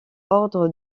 ordre